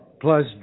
plus